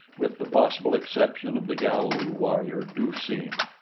with the possible exception of the galu warrior du-seen.